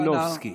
מלינובסקי.